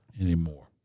anymore